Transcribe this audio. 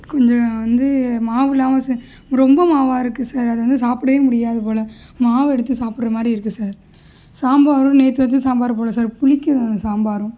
கொஞ்சம் வந்து மாவு இல்லாமல் செஞ் ரொம்ப மாவாக இருக்குது சார் அது வந்து சாப்பிடவே முடியாது போல மாவு எடுத்து சாப்பிடுறமாதிரி இருக்கு சார் சாம்பாரும் நேற்று வச்ச சாம்பாரு போல சார் புளிக்குது அந்த சாம்பாரும்